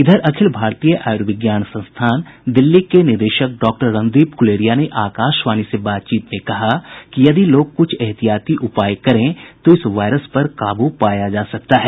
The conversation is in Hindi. इधर अखिल भारतीय आयुर्विज्ञान संस्थान दिल्ली के निदेशक डॉ रणदीप गुलेरिया ने आकाशवाणी से बातचीत में कहा कि यदि लोग कुछ एहतियाती उपाय करें तो इस वायरस पर काबू पाया जा सकता है